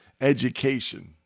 education